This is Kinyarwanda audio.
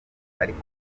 ariko